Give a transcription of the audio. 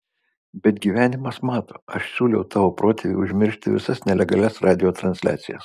bet gyvenimas mato aš siūliau tavo protėviui užmiršti visas nelegalias radijo transliacijas